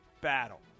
battle